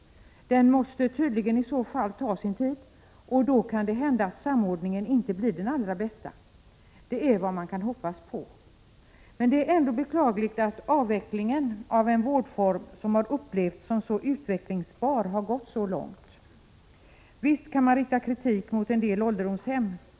Den måste i så fall tydligen ta sin tid, och då kan det hända att samordningen inte blir den allra bästa. Det är vad man kan hoppas på. Men det är ändå beklagligt att avvecklingen av en vårdform som har upplevts som så utvecklingsbar har gått så långt. Visst kan man rikta kritik mot en del ålderdomshem.